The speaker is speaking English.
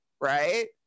right